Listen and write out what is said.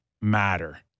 matter